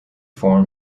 form